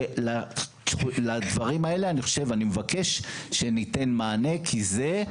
אני מבקש שניתן מענה לדברים האלה.